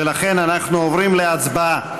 ולכן אנחנו עוברים להצבעה.